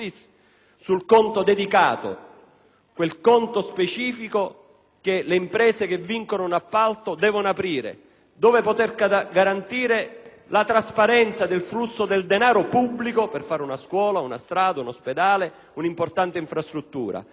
quel conto specifico che le imprese che vincono un appalto devono aprire per poter garantire la trasparenza del flusso del denaro pubblico - per fare una scuola, una strada, un ospedale, un'importante infrastruttura - e per garantirne le tracciabilità?